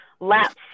laps